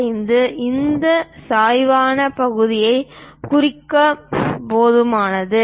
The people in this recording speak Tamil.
25 இந்த சாய்வான பகுதியைக் குறிக்க போதுமானது